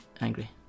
angry